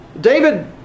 David